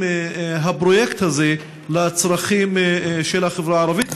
את הפרויקט הזה לצרכים של החברה הערבית,